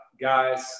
guys